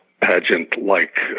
pageant-like